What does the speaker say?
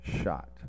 shot